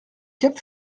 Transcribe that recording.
cap